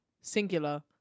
singular